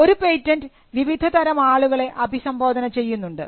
ഒരു പേറ്റന്റ് വിവിധതരം ആളുകളെ അഭിസംബോധന ചെയ്യുന്നുണ്ട്